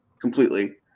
completely